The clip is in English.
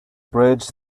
bridge